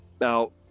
Now